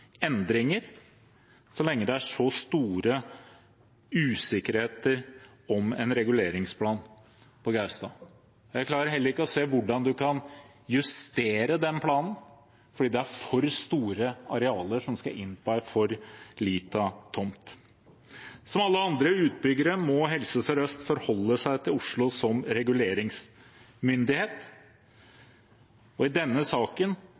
endringer så lenge det er så store usikkerheter om en reguleringsplan på Gaustad. Jeg klarer heller ikke å se hvordan man kan justere denne planen, for det er for store arealer som skal inn på en for liten tomt. Som alle andre utbyggere må Helse Sør-Øst forholde seg til Oslo som reguleringsmyndighet. I denne saken,